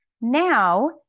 Now